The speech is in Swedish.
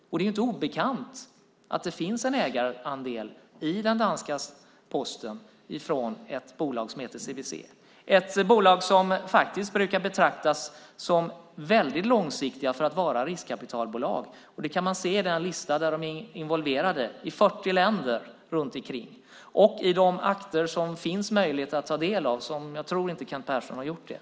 Det är ju inte obekant att det finns en ägarandel i den danska Posten från ett bolag som heter CVC, ett bolag som brukar betraktas som väldigt långsiktigt för att vara riskkapitalbolag. Man kan se på en lista att de är involverade i över 40 länder runt omkring, och det finns akter som det finns möjlighet att ta del av. Jag tror inte att Kent Persson har gjort det.